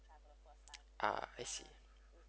uh I see